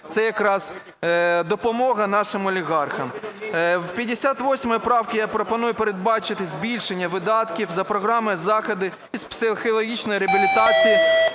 Це якраз допомога нашим олігархам. В 58 правці я пропоную передбачити збільшення видатків за програмою "Заходи із психологічної реабілітації,